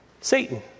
Satan